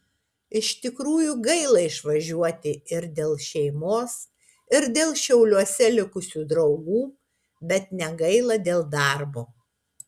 iš tikrųjų gaila išvažiuoti ir dėl šeimos ir dėl šiauliuose likusių draugų bet negaila dėl darbo